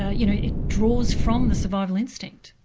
ah you know it draws from the survival instinct.